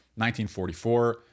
1944